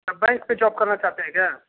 आप बैंक में जॉब करना चाहते हैं क्या